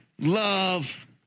love